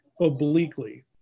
obliquely